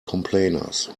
complainers